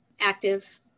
active